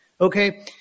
Okay